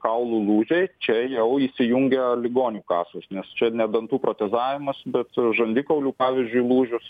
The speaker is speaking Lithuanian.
kaulų lūžiai čia jau įsijungia ligonių kasos nes čia ne dantų protezavimas bet žandikaulių pavyzdžiui lūžius